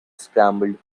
scrambled